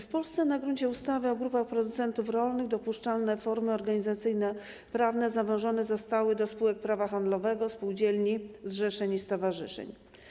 W Polsce na gruncie ustawy o grupach producentów rolnych dopuszczalne formy organizacyjne prawne zawężone zostały do spółek Prawa handlowego, spółdzielni, zrzeszeń i stowarzyszeń.